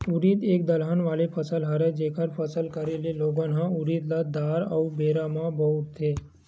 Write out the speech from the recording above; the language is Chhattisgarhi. उरिद एक दलहन वाले फसल हरय, जेखर फसल करे ले लोगन ह उरिद ल दार अउ बेरा बर बउरथे